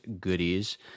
goodies